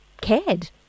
cared